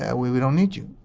yeah we we don't need you.